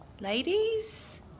ladies